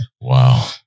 Wow